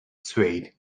swayed